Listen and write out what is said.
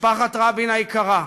משפחת רבין היקרה,